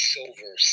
Silver